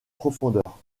profondeur